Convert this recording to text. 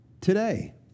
today